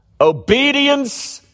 Obedience